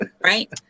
right